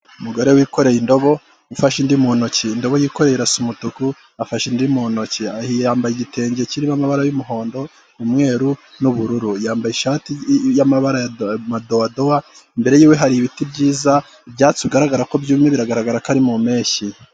Umugore wikoreye indobo ifashe indi mu ntoki ndabo yikorerasa umutuku afashe indi mu ntoki, yambaye igitenge kirimo amabara y'umuhondo umweru n'ubururu, yambaye ishati y'amabara ya madowadowa mbere y'uko hari ibiti byiza, ibyatsi bigaragara ko byumye biragaragara ko ari mu mpeshyi.